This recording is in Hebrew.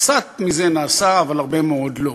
קצת מזה נעשה, אבל הרבה מאוד לא.